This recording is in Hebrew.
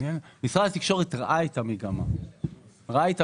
והוא לא שווה 800 ומשהו או כל סכום אחר עליו דיברתם?